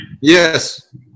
Yes